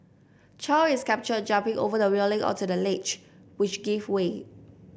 Chow is captured jumping over the railing onto the ledge which gave way